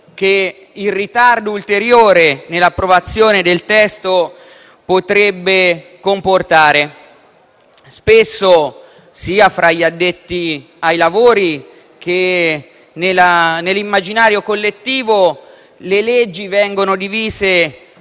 che un ritardo ulteriore nell'approvazione del testo potrebbe comportare. Spesso, sia fra gli addetti ai lavori sia nell'immaginario collettivo, le leggi vengono divise